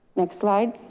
next slide.